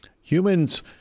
humans